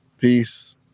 peace